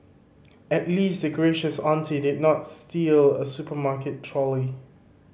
at least the gracious auntie did not steal a supermarket trolley